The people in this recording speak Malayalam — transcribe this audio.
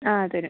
ആ തരും